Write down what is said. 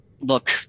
look